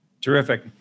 Terrific